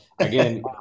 Again